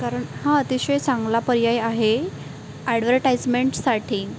कारण हा अतिशय चांगला पर्याय आहे ॲडवर्टाईजमेण्टसाठी